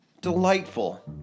Delightful